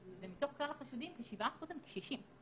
ומתוך כלל החשודים כ-7% הם קשישים.